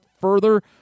further